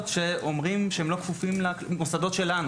שאומרים שהם לא כפופים למוסדות שלנו.